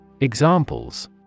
Examples